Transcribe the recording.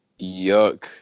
Yuck